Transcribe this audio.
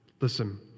Listen